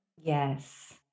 Yes